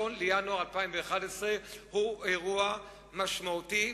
1 בינואר 2011 הוא אירוע משמעותי,